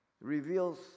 Reveals